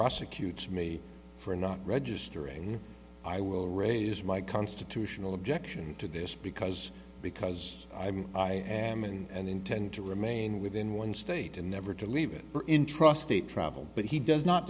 asa cutes me for not registering i will raise my constitutional objection to this because because i am and intend to remain within one state and never to leave it in trust state travel but he does not